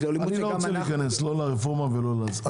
אני לא רוצה להיכנס לא לרפורמה ולא לזה.